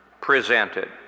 presented